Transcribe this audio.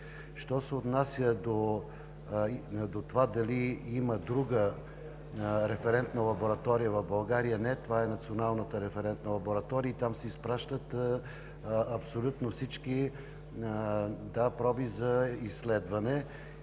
Що се отнася до това дали има друга референтна лаборатория в България – не. Това е Националната референтна лаборатория и там се изпращат абсолютно всички проби за изследване.